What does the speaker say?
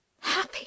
Happy